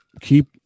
keep